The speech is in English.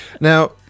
now